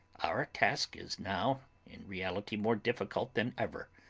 our task is now in reality more difficult than ever,